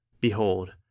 Behold